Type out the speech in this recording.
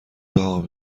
داغ